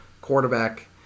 quarterback